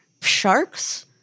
sharks